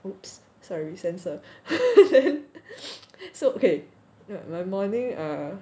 !oops! sorry sensor then so okay my morning err